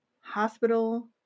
hospital